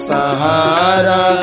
Sahara